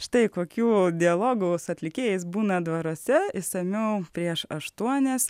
štai kokių dialogo su atlikėjais būna dvaruose išsamiau prieš aštuonias